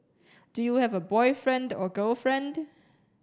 do you have a boyfriend or girlfriend